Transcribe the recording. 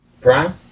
Brian